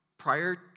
prior